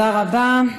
תודה רבה.